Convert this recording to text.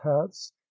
hats